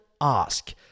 ask